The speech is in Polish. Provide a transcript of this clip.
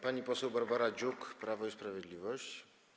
Pani poseł Barbara Dziuk, Prawo i Sprawiedliwość.